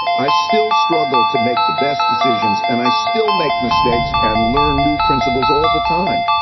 i still struggle to make the best decisions, and i still make mistakes and learn new principles all the time.